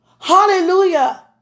Hallelujah